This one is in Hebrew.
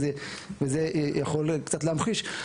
וזה יכול קצת להמחיש.